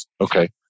Okay